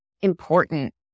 important